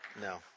No